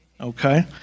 Okay